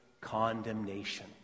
condemnation